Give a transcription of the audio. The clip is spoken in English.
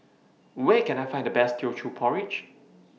Where Can I Find The Best Teochew Porridge